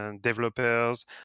developers